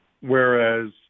Whereas